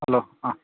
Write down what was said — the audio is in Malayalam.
ഹലോ ആ